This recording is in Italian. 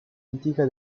antica